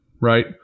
right